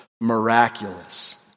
miraculous